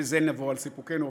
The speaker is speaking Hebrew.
ובזה נבוא על סיפוקנו,